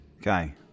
Okay